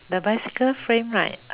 the bicycle frame right